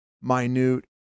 minute